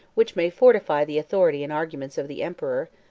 which may fortify the authority and arguments of the emperor,